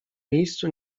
miejscu